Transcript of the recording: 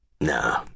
No